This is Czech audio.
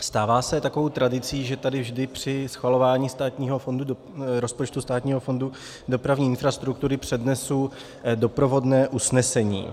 Stává se takovou tradicí, že tady vždy při schvalování rozpočtu Státního fondu dopravní infrastruktury přednesu doprovodné usnesení.